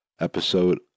episode